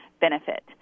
benefit